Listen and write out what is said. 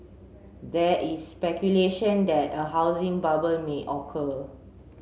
there is speculation that a housing bubble may occur